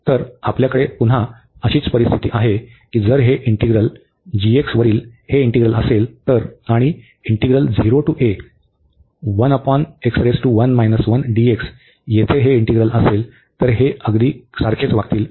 तर आपल्याकडे पुन्हा अशीच परिस्थिती आहे की जर हे इंटीग्रल जर g वरील हे इंटीग्रल असेल तर आणि येथे हे इंटीग्रल असेल तर ते अगदी सारखेच वागतील